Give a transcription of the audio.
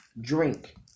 drink